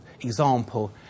example